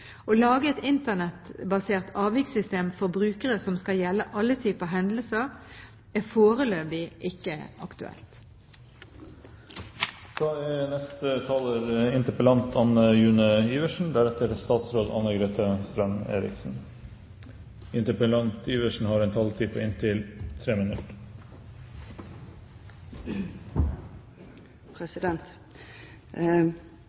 Å lage et Internett-basert avvikssystem for brukere som skal gjelde alle typer hendelser, er foreløpig ikke aktuelt.